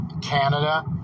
Canada